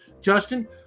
Justin